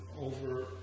over